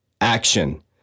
action